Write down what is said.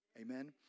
Amen